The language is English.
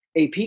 AP